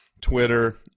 Twitter